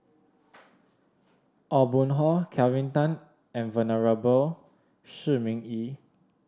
Aw Boon Haw Kelvin Tan and Venerable Shi Ming Yi